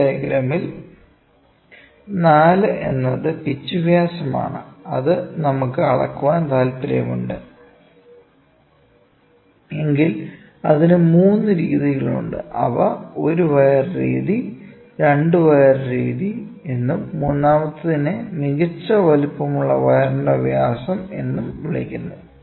ഈ ഡയഗ്രാമിൽ 4 എന്നത് പിച്ച് വ്യാസം ആണ് അത് നമുക്കു അളക്കാൻ താൽപ്പര്യമുണ്ട് എങ്കിൽ അതിനു മൂന്ന് രീതികളുണ്ട്അവ 1 വയർ രീതി 2 വയർ രീതി എന്നും മൂന്നാമത്തേതിനെ മികച്ച വലുപ്പമുള്ള വയറിന്റെ വ്യാസം എന്നും വിളിക്കുന്നു